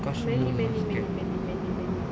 many many many many many many